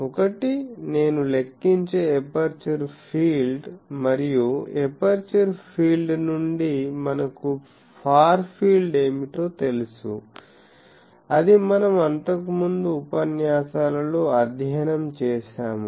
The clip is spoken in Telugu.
ఒకటి నేను లెక్కించే ఎపర్చరు ఫీల్డ్ మరియు ఎపర్చరు ఫీల్డ్ నుండి మనకు ఫార్ ఫీల్డ్ ఏమిటో తెలుసు అది మనం అంతకుముందు ఉపన్యాసాలలో అధ్యయనం చేశాము